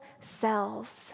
selves